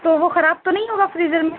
تو وہ خراب تو نہیں ہوگا فریزر میں